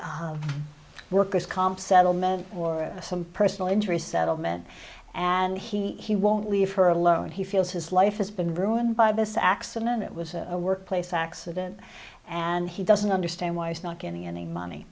worker's comp settlement or some personal injury settlement and he won't leave her alone he feels his life has been ruined by this accident it was a workplace accident and he doesn't understand why he's not getting any